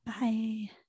Bye